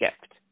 gift